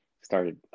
started